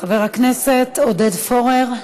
חבר הכנסת עודד פורר,